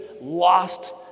lost